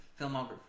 filmography